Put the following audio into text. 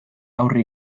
aurre